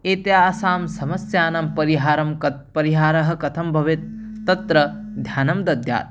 एते आसां समस्यानां परिहारः कः परिहारः कथं भवेत् तत्र धनं दद्याद्